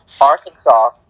Arkansas